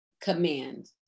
command